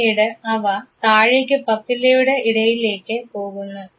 പിന്നീട് അവ താഴേക്ക് പപ്പില്ലയുടെ ഇടയിലേക്ക് പോകുന്നു